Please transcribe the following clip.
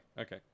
okay